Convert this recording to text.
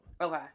Okay